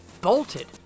bolted